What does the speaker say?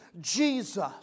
Jesus